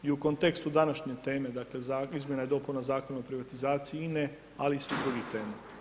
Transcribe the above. I u kontekstu današnje teme dakle Izmjena i dopuna Zakona o privatizaciji INA-e ali i svih drugih tema.